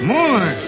More